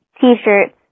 T-shirts